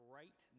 right